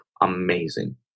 amazing